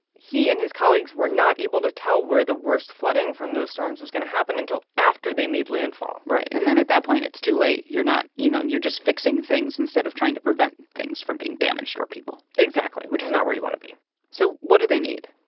he and his colleagues were not able to tell where the worst flooding from those storms was going to happen until after they made landfall right. and then at that point, it's too late. you're not you know, you're just fixing things instead of trying to prevent things from being damaged or people exactly, which was not where you want to be so what do they need?